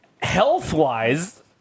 Health-wise